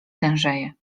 tężeje